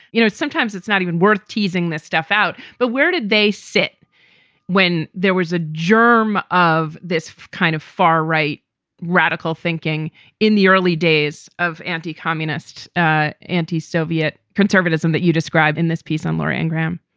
you know, sometimes it's not even worth teasing this stuff out. but where did they sit when there was a germ of this kind of far right radical thinking in the early days of anti-communist ah anti soviet conservatism that you describe in this piece on laura ingraham?